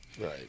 Right